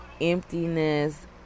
emptiness